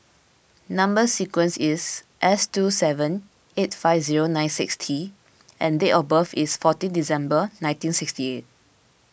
Number Sequence is S two seven eight five zero nine six T and date of birth is fourteen December nineteen sixty eight